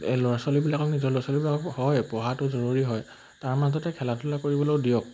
এই ল'ৰা ছোৱালীবিলাকক নিজৰ ল'ৰা ছোৱালীবিলাকক হয় পঢ়াটো জৰুৰী হয় তাৰ মাজতে খেলা ধূলা কৰিবলৈও দিয়ক